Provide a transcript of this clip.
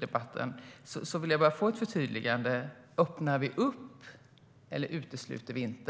debatten vill jag bara få ett förtydligande: Öppnar vi upp eller utesluter vi inte?